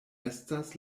estas